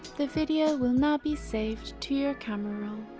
the video will now be saved to your camera roll.